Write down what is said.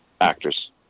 actors